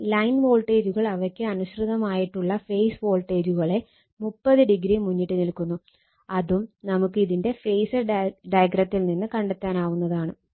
ഇനി ലൈൻ വോൾട്ടേജുകൾ അവയ്ക്ക് അനുസൃതമായിട്ടുള്ള ഫേസ് വോൾട്ടേജുകളെ 30o മുന്നിട്ട് നിൽക്കുന്നു അതും നമുക്ക് ഇതിന്റെ ഫേസർ ഡയഗ്രത്തിൽ നിന്ന് കണ്ടെത്താനാവുന്നതാണ്